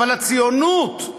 אבל הציונות,